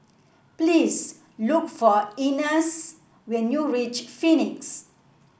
please look for Ines when you reach Phoenix